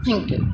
thank you